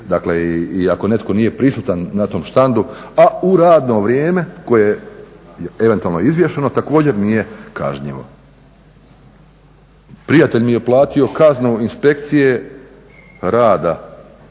Dakle i ako netko nije prisutan na tom štandu, a u radno vrijeme koje je eventualno izvješeno također nije kažnjivo. Prijatelj mi je platio kaznu Inspekcije rada